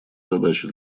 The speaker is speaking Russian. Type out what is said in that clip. задача